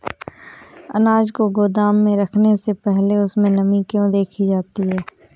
अनाज को गोदाम में रखने से पहले उसमें नमी को क्यो देखी जाती है?